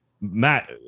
Matt